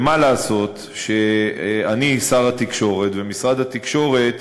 ומה לעשות שאני שר התקשורת, ומשרד התקשורת,